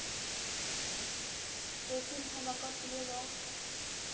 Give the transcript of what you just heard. table ᱦᱚᱸ ᱵᱟᱠᱚ ᱛᱤᱭᱳᱜᱟ